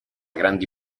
grandi